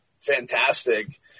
fantastic